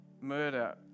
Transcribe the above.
murder